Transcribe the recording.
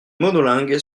monolingue